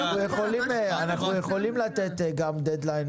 אנחנו יכולים לתת גם דד-ליין